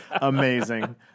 Amazing